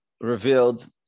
revealed